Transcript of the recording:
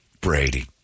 Brady